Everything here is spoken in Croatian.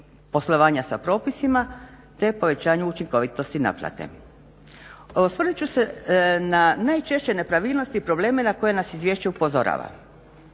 poslovanja sa propisima, te povećanju učinkovitosti naplate. Osvrnut ću se na najčešće nepravilnosti i probleme na koje nas Izvješće upozorava.